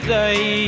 day